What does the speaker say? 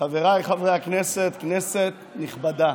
חבריי חברי הכנסת, כנסת נכבדה,